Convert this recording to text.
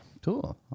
Cool